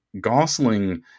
gosling